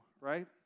right